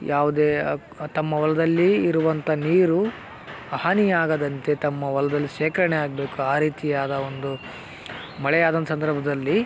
ಯಾವುದೆ ತಮ್ಮ ಹೊಲ್ದಲ್ಲೀ ಇರುವಂತ ನೀರು ಹಾನಿಯಾಗದಂತೆ ತಮ್ಮ ಹೊಲ್ದಲ್ಲಿ ಶೇಖರಣೆ ಆಗಬೇಕು ಆ ರೀತಿಯಾದ ಒಂದು ಮಳೆಯಾದಂತ ಸಂದರ್ಭದಲ್ಲಿ